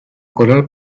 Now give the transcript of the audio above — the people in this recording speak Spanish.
coral